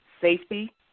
safety